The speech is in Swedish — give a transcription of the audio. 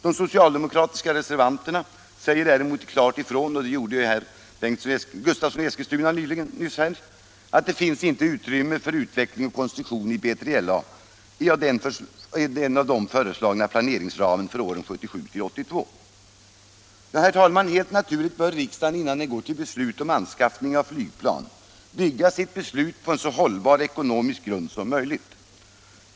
De socialdemokratiska reservanterna säger däremot klart ifrån — liksom herr Gustavsson i Eskilstuna nyss här — att det inte finns utrymme för utveckling och konstruktion av B3LA i av dem föreslagen planeringsram för åren 1977-1982. Helt naturligt bör riksdagen innan den går till beslut om anskaffning av flygplan se till att man har en så hållbar ekonomisk grund som möjligt.